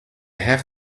have